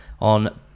on